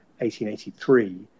1883